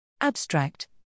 Abstract